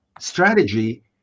strategy